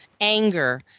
Anger